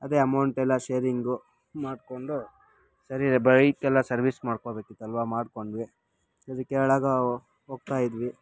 ಅದೇ ಅಮೌಂಟೆಲ್ಲ ಶೇರಿಂಗು ಮಾಡಿಕೊಂಡು ಸರಿ ಬೈಕೆಲ್ಲ ಸರ್ವೀಸ್ ಮಾಡ್ಕೋಬೇಕಿತ್ತಲ್ವಾ ಮಾಡ್ಕೊಂಡ್ವಿ ಅದು ಕೇರಳಾಗೆ ಹೋಗ್ತಾಯಿದ್ವಿ